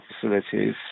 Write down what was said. facilities